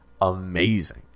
amazing